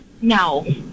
no